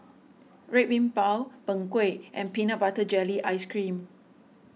Red Bean Bao Png Kueh and Peanut Butter Jelly Ice Cream